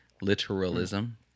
literalism